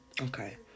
Okay